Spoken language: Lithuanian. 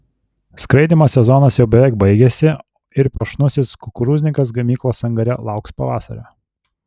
skraidymo sezonas jau beveik baigėsi ir puošnusis kukurūznikas gamyklos angare lauks pavasario